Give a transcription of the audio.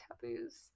taboos